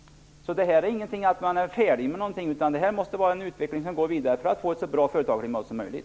Man är inte färdig, utan utvecklingen måste gå vidare för att vi skall kunna få ett så bra företagarklimat som möjligt.